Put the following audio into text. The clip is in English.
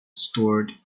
stored